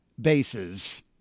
bases